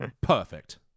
perfect